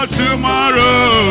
tomorrow